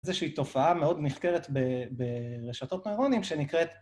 איזושהי תופעה מאוד נחקרת ברשתות נוירונים שנקראת...